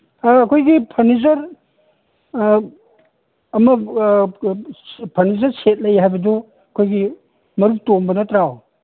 ꯑꯩꯈꯣꯏꯒꯤ ꯐꯔꯅꯤꯆꯔ ꯑꯃ furniture set ꯂꯩ ꯍꯥꯏꯕꯗꯨ ꯑꯩꯈꯣꯏꯒꯤ ꯃꯔꯨꯞ ꯇꯣꯝꯕ ꯅꯠꯇ꯭ꯔꯣ